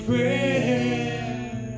prayer